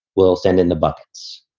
we'll send in the bucks,